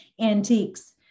antiques